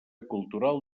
cultural